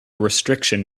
restriction